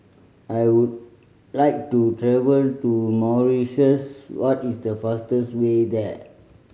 I would like to travel to Mauritius what is the fastest way there